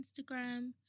Instagram